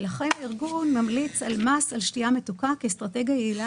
לכן הארגון ממליץ להטיל מס על שתייה מתוקה כאסטרטגיה יעילה